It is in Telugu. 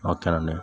ఓకే అండి